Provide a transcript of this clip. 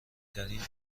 ترین